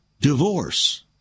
divorce